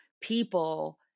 people